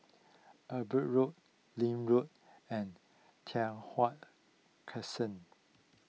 Amber Road Link Road and Tai Hwan Crescent